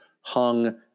hung